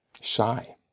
shy